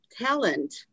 talent